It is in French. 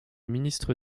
ministre